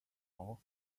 also